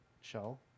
Shell